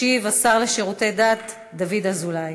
ישיב השר לשירותי דת דוד אזולאי.